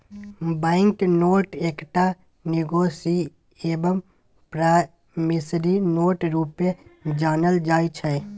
bank note एकटा negotiable promissory note रुपे जानल जाइ छै